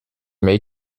may